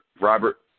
Robert